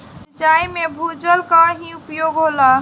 सिंचाई में भूजल क ही उपयोग होला